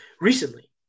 recently